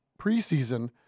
preseason